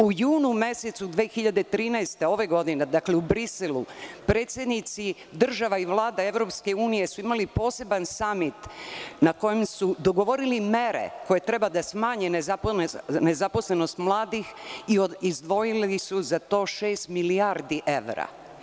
U junu 2013. godine, u Briselu, predsednici država i vlada EU su imali poseban samit, na kojem su dogovorili mere koje treba da smanje nezaposlenost mladih i izdvojili su za to šest milijardi evra.